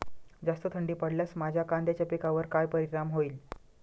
जास्त थंडी पडल्यास माझ्या कांद्याच्या पिकावर काय परिणाम होईल?